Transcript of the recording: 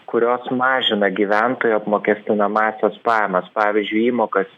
kurios mažina gyventojo apmokestinamąsias pajamas pavyzdžiui įmokas